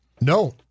No